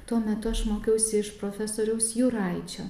tuo metu aš mokiausi iš profesoriaus juraičio